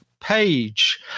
page